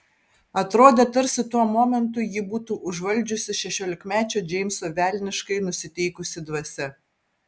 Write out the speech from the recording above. atrodė tarsi tuo momentu jį būtų užvaldžiusi šešiolikmečio džeimso velniškai nusiteikusi dvasia